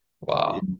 Wow